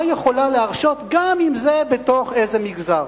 יכולה להרשות גם אם זה בתוך איזה מגזר.